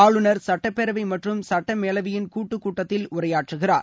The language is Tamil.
ஆளுநர் சட்டப்பேரவை மற்றும் சட்ட மேலவையின் கூட்டுக் கூட்டத்தில் உரையாற்றுகிறார்